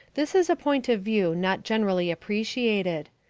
this is a point of view not generally appreciated.